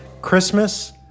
Christmas